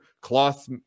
cloth